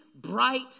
bright